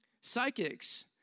Psychics